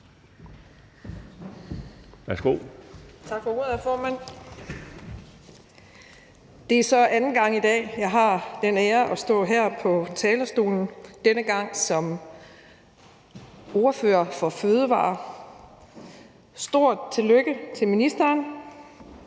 (M): Tak for ordet, hr. formand. Det er så anden gang i dag, at jeg har den ære at stå her på talerstolen, denne gang som ordfører på fødevareområdet. Stort tillykke til ministeren.